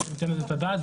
חשוב שניתן לזה את הדעת,